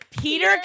Peter